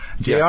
JR